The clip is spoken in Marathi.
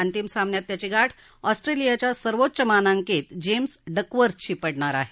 अंतिम सामन्यात त्याची गाठ ऑस्ट्रेलियाच्या सर्वोच्च मानांकित जेम्स डकवर्थशी पडणार आहे